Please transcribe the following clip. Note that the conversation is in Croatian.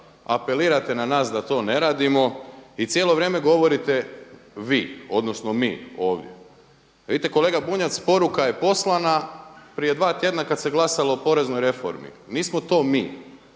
apelirate na nas da to ne radimo i cijelo vrijeme govorite vi odnosno mi ovdje. Vidite kolega Bunjac poruka je poslana prije dva tjedna kada se glasalo o poreznoj reformi. Nismo to mi.